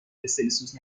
سلسیوس